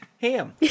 ham